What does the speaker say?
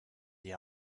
the